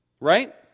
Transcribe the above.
Right